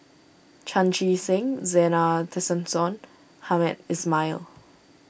Chan Chee Seng Zena Tessensohn Hamed Ismail